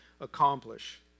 accomplish